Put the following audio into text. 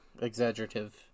Exaggerative